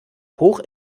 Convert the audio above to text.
hoch